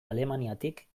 alemaniatik